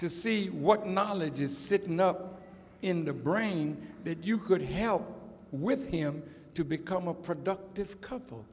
to see what knowledge is sitting in the brain that you could help with him to become a productive couple